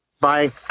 Bye